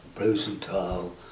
Rosenthal